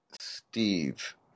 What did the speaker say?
Steve